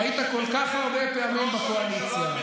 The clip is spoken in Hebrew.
אני חושב שהציבור כבר מספיק חכם, אמרתי.